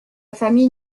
famille